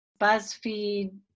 BuzzFeed